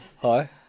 hi